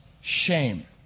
shame